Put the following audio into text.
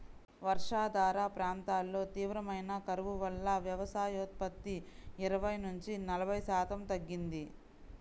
వర్షాధార ప్రాంతాల్లో తీవ్రమైన కరువు వల్ల వ్యవసాయోత్పత్తి ఇరవై నుంచి నలభై శాతం తగ్గింది